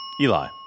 Eli